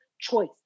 choice